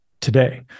today